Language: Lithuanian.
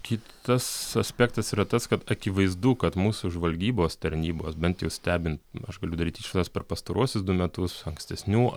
kitas aspektas yra tas kad akivaizdu kad mūsų žvalgybos tarnybos bent jau stebent nu aš galiu daryt išvadas per pastaruosius du metus ankstesnių